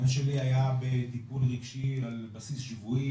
הבן שלי היה בטיפול רגשי על בסיס שבועי,